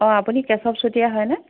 অ' আপুনি কেচৱ চুতীয়া হয়নে